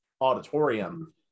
auditorium